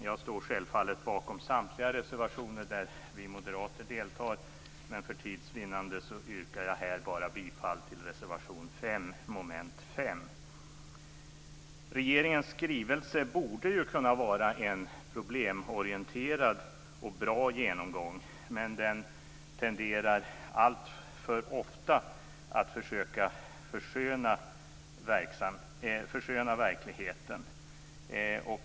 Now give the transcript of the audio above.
Jag står självfallet bakom samtliga reservationer där vi moderater deltar, men för tids vinnande yrkar jag här bifall bara till reservation 5 Regeringens skrivelse borde kunna vara en problemorienterad och bra genomgång, men den tenderar alltför ofta att försöka försköna verkligheten.